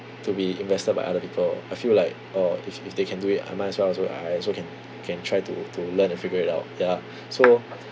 to be invested by other people I feel like uh if if they can do it I might as well as well I also can can try to to learn and figure it out ya so